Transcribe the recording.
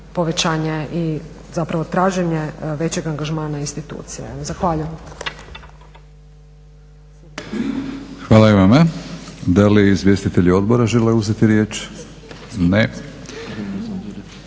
i zapravo traženje većeg angažmana institucija. Zahvaljujem. **Batinić, Milorad (HNS)** Hvala i vama. Da li izvjestitelji odbora žele uzeti riječ? Ne.